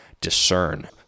discern